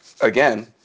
again